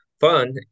fun